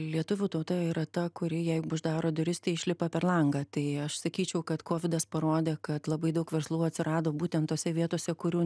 lietuvių tauta yra ta kuri jeigu uždaro duris tai išlipa per langą tai aš sakyčiau kad kovidas parodė kad labai daug verslų atsirado būtent tose vietose kurių